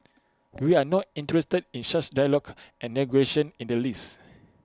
we are not interested in such dialogue and negotiations in the least